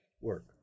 work